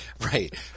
right